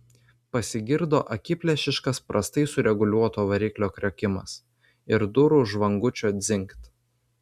pasigirdo akiplėšiškas prastai sureguliuoto variklio kriokimas ir durų žvangučio dzingt